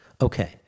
Okay